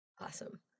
Awesome